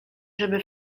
żeby